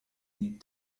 need